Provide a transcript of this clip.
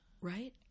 Right